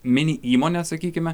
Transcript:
mini įmonė sakykime